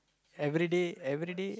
everyday everyday